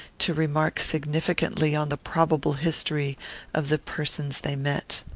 to remark significantly on the probable history of the persons they met.